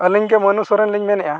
ᱟᱞᱤᱝᱜᱮ ᱢᱟᱱᱩ ᱥᱚᱨᱮᱱ ᱞᱤᱧ ᱢᱮᱱᱮᱫᱼᱟ